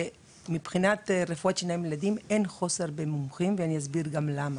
ברפואת שיניים לילדים אין מחסור במומחים ואני גם אסביר למה.